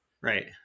right